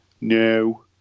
No